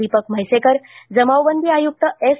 दीपक म्हैसेकर जमावबंदी आयुक्त एस